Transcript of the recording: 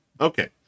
Okay